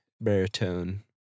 baritone